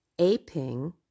aping